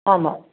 ஆமாம்